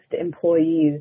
employees